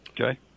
Okay